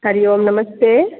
हरिः ओं नमस्ते